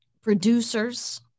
producers